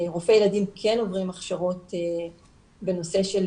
רופאי ילדים כן עוברים הכשרות בנושא של